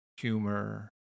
humor